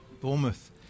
Bournemouth